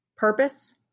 Purpose